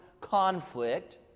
conflict